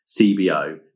CBO